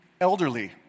elderly